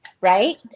Right